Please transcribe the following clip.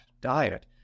diet